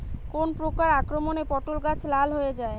কোন প্রকার আক্রমণে পটল গাছ লাল হয়ে যায়?